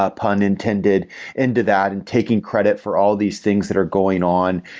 ah pun intended into that, and taking credit for all these things that are going on.